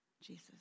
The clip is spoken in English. Jesus